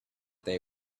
they